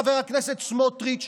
חבר הכנסת סמוטריץ',